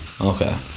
Okay